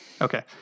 Okay